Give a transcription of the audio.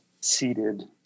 seated